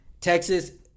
Texas